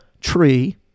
tree